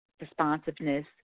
responsiveness